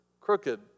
crooked